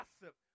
gossip